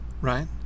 right